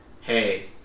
hey